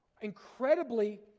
Incredibly